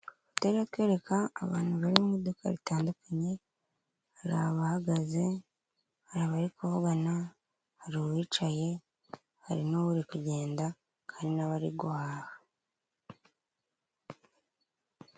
Duhere ko twereka abantu bari mu iduka ritandukanye , hari abahagaze, hari abari kuvugana, hari uwicaye, hari n'uri kujyenda, hari n'abari guhaha.